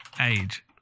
age